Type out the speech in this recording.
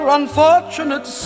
unfortunate